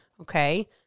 okay